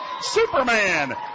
Superman